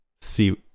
see